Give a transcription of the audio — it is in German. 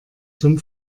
zum